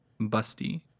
Busty